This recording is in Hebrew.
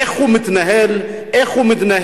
איך הוא מתנהל, איך הוא מתנהג.